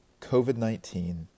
COVID-19